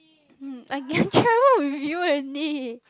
um I can travel with you only